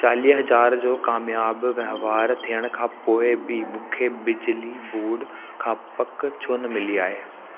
चालीह हज़ार जो क़ामियाबु वहिंवार थियण खां पोइ बि मूंखे बिजली बोड खां पक छो न मिली आहे